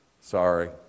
Sorry